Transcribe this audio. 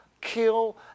kill